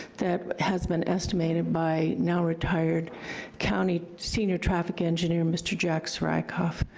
that has been estimate and by now-retired county senior traffic engineer, mr. jack soriakov.